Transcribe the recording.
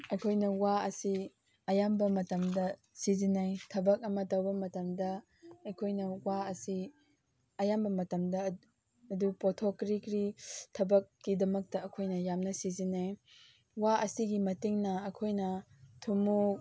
ꯑꯩꯈꯣꯏꯅ ꯋꯥ ꯑꯁꯤ ꯑꯌꯥꯝꯕ ꯃꯇꯝꯗ ꯁꯤꯖꯤꯟꯅꯩ ꯊꯕꯛ ꯑꯃ ꯇꯧꯕ ꯃꯇꯝꯗ ꯑꯩꯍꯣꯏꯅ ꯋꯥ ꯑꯁꯤ ꯑꯌꯥꯝꯕ ꯃꯇꯝꯗ ꯑꯗꯨ ꯄꯣꯠꯊꯣꯛ ꯀꯔꯤ ꯀꯔꯤ ꯊꯕꯛꯀꯤꯗꯃꯛꯇ ꯑꯩꯈꯣꯏꯅ ꯌꯥꯝꯅ ꯁꯤꯖꯤꯟꯅꯩ ꯋꯥ ꯑꯁꯤꯒꯤ ꯃꯇꯦꯡꯅ ꯑꯩꯈꯣꯏꯅ ꯊꯨꯝꯃꯣꯛ